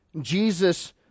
Jesus